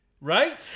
Right